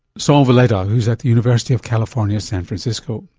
saul villeda who's at the university of california, san francisco